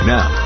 Now